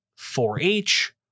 4-H